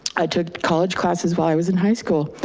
i took college classes while i was in high school,